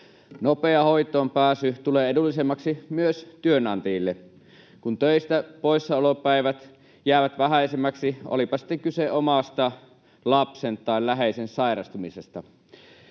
Nopea hoitoonpääsy tulee edullisemmaksi myös työnantajille, kun töistä poissaolopäivät jäävät vähäisemmiksi, olipa sitten kyse omasta, lapsen tai läheisen sairastumisesta.